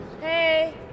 hey